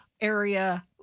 area